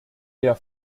der